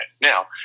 Now